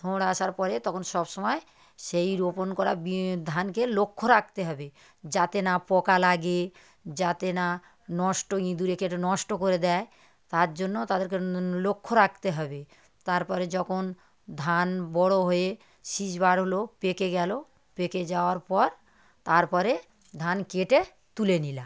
থোঁড় আসার পরে তখন সব সময় সেই রোপণ করা বী ধানকে লক্ষ্য রাখতে হবে যাতে না পোকা লাগে যাতে না নষ্ট ইঁদুরে কেটে নষ্ট করে দেয় তার জন্য তাদেরকে লক্ষ্য রাকতে হবে তারপরে যখন ধান বড়ো হয়ে শিষ বার হলো পেকে গেলো পেকে যাওয়ার পর তারপরে ধান কেটে তুলে নিলাম